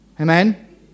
Amen